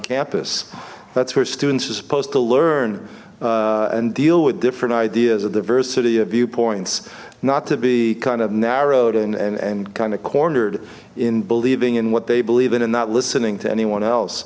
campus that's where students are supposed to learn and deal with different ideas of diversity of viewpoints not to be kind of narrowed and and and kind of cornered in believing in what they believe in and not listening to anyone else